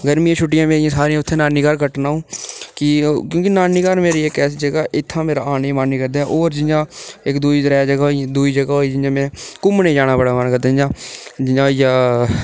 गर्मियें दिया छुट्टियां मेरियां सारियां उत्थै नानी घर कट्टना अ'ऊं कि क्योंकि नानी घर मेरी इक ऐसी जगह इत्थूं दा मेरा आने ई मन निं करदा ऐ होर जियां इक दूई जगह् त्रै जगह् होई दूई जगह् होई जियां में घुम्मने गी जाने दा बड़ा मन करदा जियां जियां होइया